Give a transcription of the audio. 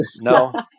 no